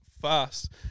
fast